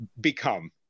become